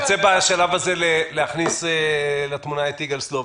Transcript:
בשלב הזה אני רוצה להכניס לתמונה את יגאל סלוביק.